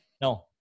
No